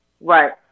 right